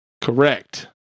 Correct